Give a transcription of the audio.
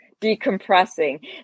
decompressing